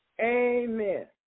Amen